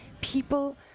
People